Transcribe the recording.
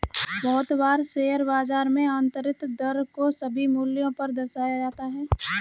बहुत बार शेयर बाजार में आन्तरिक दर को सभी मूल्यों पर दर्शाया जाता है